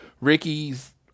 Ricky's